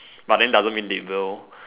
but doesn't mean they will